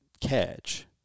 catch